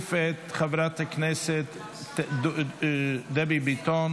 מוסיף לפרוטוקול את חברת הכנסת דבי ביטון,